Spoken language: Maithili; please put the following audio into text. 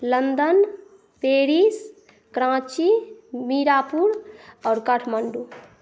लन्दन पेरिस कराँची मीरापुर आओर काठमांडू